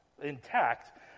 intact